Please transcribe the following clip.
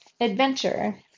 adventure